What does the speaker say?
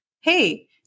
hey